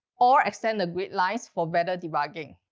or extend the grid lines for better debugging.